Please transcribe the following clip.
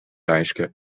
reiškia